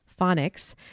phonics